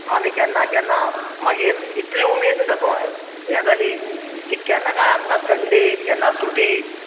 आमी केन्ना केन्ना मागीर इतली उमेद तातूंत हें जाली की केन्ना काय हो संडे केन्ना सुटी